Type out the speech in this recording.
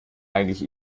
eigentlich